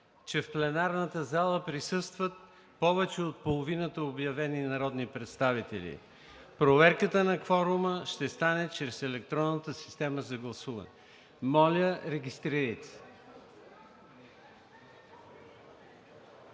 че в пленарната зала присъстват повече от половината обявени народни представители. Проверката на кворума ще стане чрез електронната система за гласуване. Моля, регистрирайте